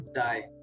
die